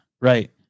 Right